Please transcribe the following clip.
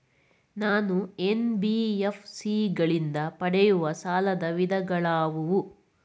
ನಾನು ಎನ್.ಬಿ.ಎಫ್.ಸಿ ಗಳಿಂದ ಪಡೆಯುವ ಸಾಲದ ವಿಧಗಳಾವುವು?